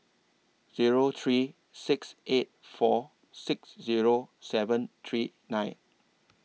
Zero three six eight four six Zero seven three nine